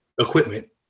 equipment